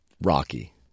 Rocky